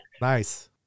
Nice